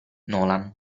nolan